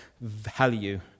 value